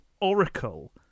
Oracle